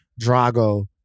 Drago